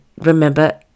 remember